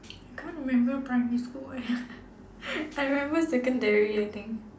I can't remember primary school eh I remember secondary I think